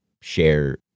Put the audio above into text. share